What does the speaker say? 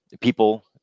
people